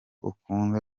ukunda